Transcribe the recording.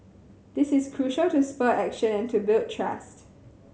this is crucial to spur action and to build trust